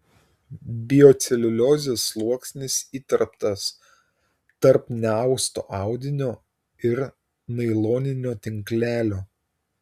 bioceliuliozės sluoksnis įterptas tarp neausto audinio ir nailoninio tinklelio